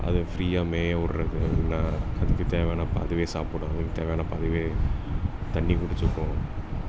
அதை ஃப்ரீயாக மேய விட்றக்கு அதுக்குத் தேவையானப்ப அதுவே சாப்பிடும் அதுக்குத் தேவையானப்போ அதுவே தண்ணி குடித்துக்கும்